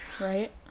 Right